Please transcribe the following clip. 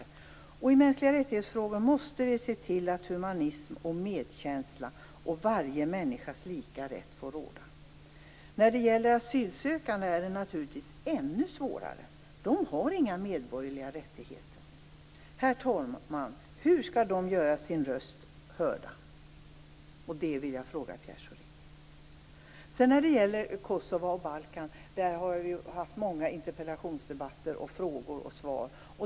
I frågor om mänskliga rättigheter måste vi se till att humanism, medkänsla och varje människas lika rätt får råda. När det gäller asylsökande är det naturligtvis ännu svårare. De har inga medborgerliga rättigheter. Herr talman! Hur skall de göra sina röster hörda? Det vill jag fråga Pierre Schori. När det gäller Kosova och Balkan har vi haft många interpellationsdebatter och många frågor och svar.